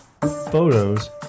photos